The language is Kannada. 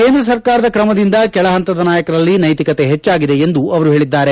ಕೇಂದ್ರ ಸರ್ಕಾರದ ಕ್ರಮದಿಂದ ಕೆಳಹಂತದ ನಾಯಕರಲ್ಲಿ ನೈತಿಕತೆ ಹೆಚ್ಚಾಗಿದೆ ಎಂದು ಅವರು ಹೇಳಿದ್ದಾರೆ